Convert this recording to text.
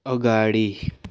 अगाडि